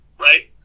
right